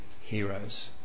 heroes